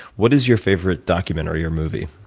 what is your favorite documentary or movie?